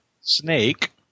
snake